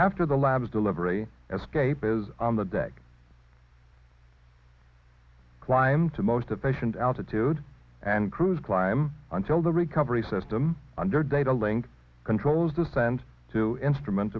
after the lab's delivery as cape is on the deck climb to most efficient altitude and cruise climb until the recovery system under data link controls descend to instrument